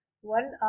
one